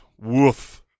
woof